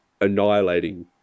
annihilating